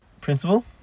Principal